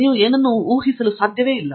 ನೀವು ಏನು ಊಹಿಸಲು ಸಾಧ್ಯವಿಲ್ಲ